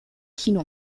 kino